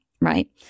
right